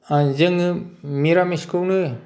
जोङो निरामिसखौनो